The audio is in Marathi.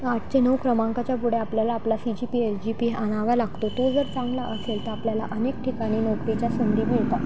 आठ ते नऊ क्रमांकाच्या पुढे आपल्याला आपला C G P L G P आणावा लागतो तो जर चांगला असेल तर आपल्याला अनेक ठिकाणी नोकरीच्या संधी मिळतात